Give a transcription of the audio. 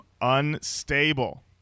Unstable